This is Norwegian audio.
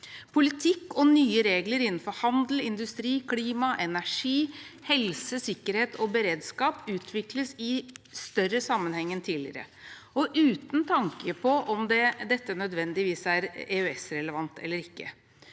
Politikk og nye regler innenfor handel, industri, klima, energi, helse, sikkerhet og beredskap utvikles i større sammenheng enn tidligere, uten tanke på om dette nødvendigvis er EØS-relevant eller ikke.